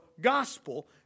gospel